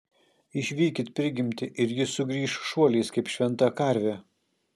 išvykit prigimtį ir ji sugrįš šuoliais kaip šventa karvė